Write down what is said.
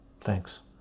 Thanks